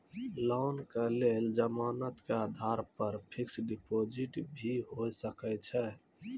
Loan के लेल जमानत के आधार पर फिक्स्ड डिपोजिट भी होय सके छै?